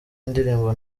indirimbo